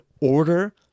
order